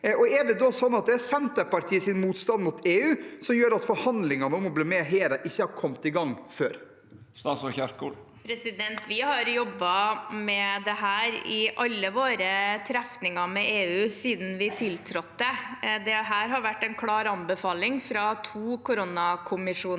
Er det da sånn at det er Senterpartiets motstand mot EU som gjør at forhandlingene om å bli med i HERA ikke har kommet i gang før? Statsråd Ingvild Kjerkol Vi har jobbet med dette i alle våre trefninger med EU siden vi tiltrådte. Dette har vært en klar anbefaling fra to koronakommisjoner